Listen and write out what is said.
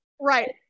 Right